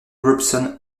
robson